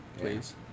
Please